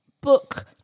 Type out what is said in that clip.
book